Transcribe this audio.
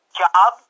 job